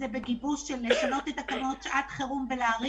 וישפר מאוד את היכולת שלנו להתנהל מול הגופים